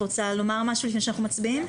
את רוצה לומר משהו לפני שאנחנו מצביעים?